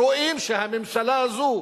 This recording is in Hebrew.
רואים שהממשלה הזאת,